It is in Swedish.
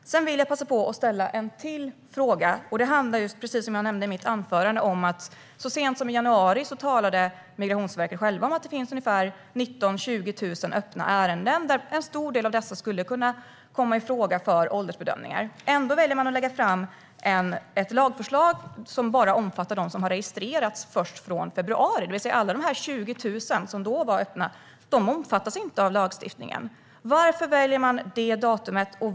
Jag vill passa på att ställa en till fråga. Precis som jag nämnde i mitt anförande talade Migrationsverket så sent som i januari om att det finns ungefär 19 000-20 000 öppna ärenden där en stor del skulle kunna komma i fråga för åldersbedömningar. Ändå väljer regeringen att lägga fram ett lagförslag som bara omfattar dem som har registrerats från och med februari. Alla dessa 20 000 ärenden, som då var öppna, omfattas alltså inte av lagstiftningen. Varför väljer man det datumet?